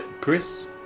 Chris